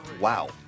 Wow